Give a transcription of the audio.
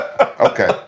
Okay